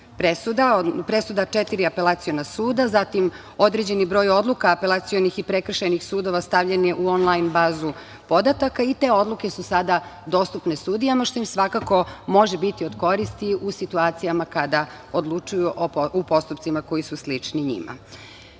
presuda četiri apelaciona suda, određeni broj odluka apelacionih i prekršajnih sudova stavljen je u onlajn bazu podataka. Te odluke su sada dostupne sudijama, što im svakako može biti od koristi u situacijama kada odlučuju u postupcima koji su slični